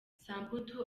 samputu